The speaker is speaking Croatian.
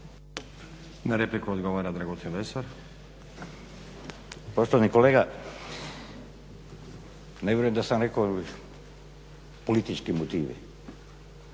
Na repliku odgovara Dragutin Lesar.